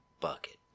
bucket